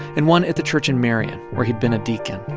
and one at the church in marion, where he'd been a deacon.